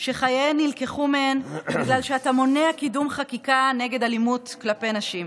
שחייהן נלקחו מהן בגלל שאתה מונע קידום חקיקה נגד אלימות כלפי נשים,